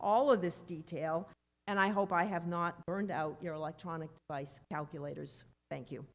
all of this detail and i hope i have not burned out your electronic device calculators thank you